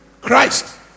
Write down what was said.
Christ